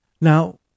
Now